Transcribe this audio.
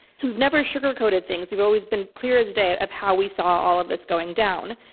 so we've never sugarcoated things. we've always been clear as day ah of how we saw all of this going down.